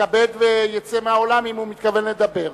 יתכבד ויצא מהאולם אם הוא מתכוון לדבר.